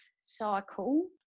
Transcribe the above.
cycle